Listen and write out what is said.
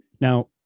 Now